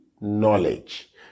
knowledge